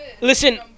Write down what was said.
Listen